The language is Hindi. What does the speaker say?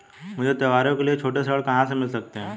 मुझे त्योहारों के लिए छोटे ऋण कहां से मिल सकते हैं?